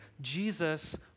Jesus